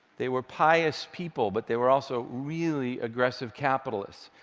they were pious people, but they were also really aggressive capitalists,